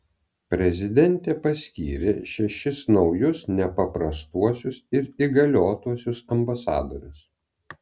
prezidentė paskyrė šešis naujus nepaprastuosius ir įgaliotuosiuos ambasadorius